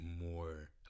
more